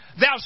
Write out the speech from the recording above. thou